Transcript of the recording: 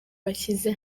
bishyize